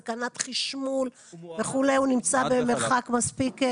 סכנת חשמול וכו' הוא נמצא במרחק מספיק?